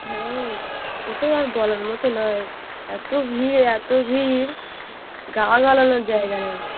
হ্যাঁ সে তো আর বলার মতো নয় এত ভিড় এত ভিড় গা গলানোর জায়গা নেই